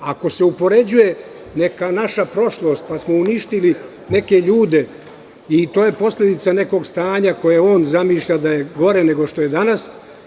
Ako se upoređuje neka naša prošlost kojom smo uništili neke ljude, to je posledica nekog stanja koje on zamišlja da je gore nego što je danas.